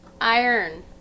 Iron